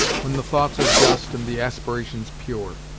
when the thoughts are just and the aspirations pure.